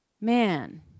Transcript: man